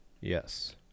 yes